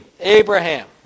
Abraham